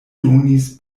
donis